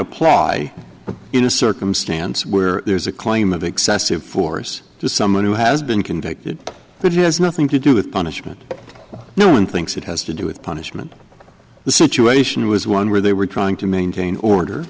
apply in a circumstance where there's a claim of excessive force to someone who has been convicted but has nothing to do with punishment no one thinks it has to do with punishment the situation was one where they were trying to maintain order